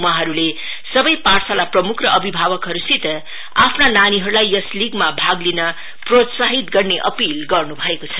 वहाँहरुले सवै पाठशाला प्रमुख र अभिभावकहरुसित आफ्ना नानीहरुलाई यस लिगमा भाग लिन प्रोत्साहित गर्ने अपील गर्न् भएको छ